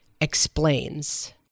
Explains